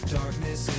darkness